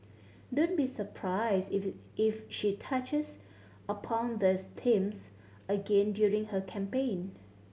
don't be surprised if if she touches upon these themes again during her campaign